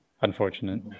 Unfortunate